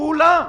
כולם.